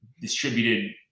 distributed